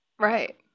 Right